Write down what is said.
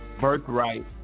birthright